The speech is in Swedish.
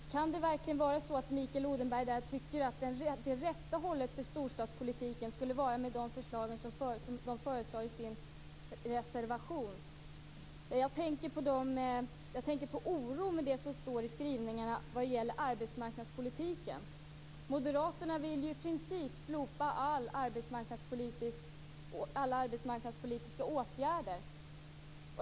Fru talman! Kan det verkligen vara så att Mikael Odenberg tycker att "rätt håll" för storstadspolitiken skulle vara det som föreslås i reservationen? Jag tänker på oron när det gäller skrivningarna om arbetsmarknadspolitiken. Moderaterna vill i princip slopa alla arbetsmarknadspolitiska åtgärder.